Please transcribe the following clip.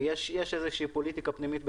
יש פוליטיקה פנימית באיחוד,